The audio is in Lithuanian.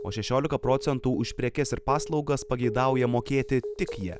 o šešiolika procentų už prekes ir paslaugas pageidauja mokėti tik jie